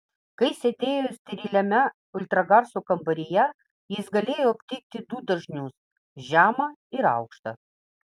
kai sėdėjo steriliame ultragarso kambaryje jis galėjo aptikti du dažnius žemą ir aukštą